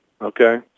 Okay